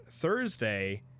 Thursday